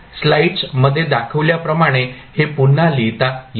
slides मध्ये दाखवल्याप्रमाणे हे पुन्हा लिहिता येते